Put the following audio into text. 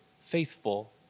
faithful